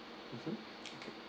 mmhmm